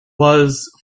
was